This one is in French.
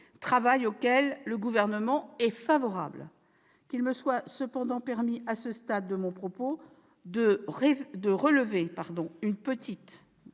auquel le Gouvernement est favorable. Qu'il me soit cependant permis, à ce stade de mon propos, de relever une petite